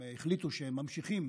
הם החליטו שהם ממשיכים